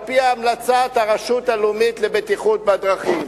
על-פי המלצת הרשות הלאומית לבטיחות בדרכים.